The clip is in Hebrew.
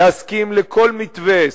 להסכים לכל מתווה,